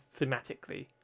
thematically